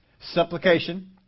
supplication